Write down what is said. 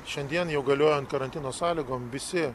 šiandien jau galiojant karantino sąlygom visi